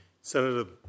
Senator